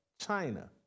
China